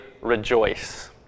rejoice